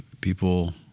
people